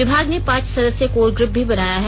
विभाग ने पांच सदस्य कोर गृप भी बनाया है